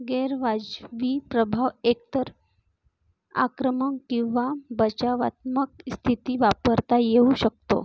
गैरवाजवी प्रभाव एक तर आक्रमक किंवा बचावात्मक स्थिती वापरता येऊ शकतो